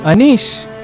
Anish